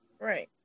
Right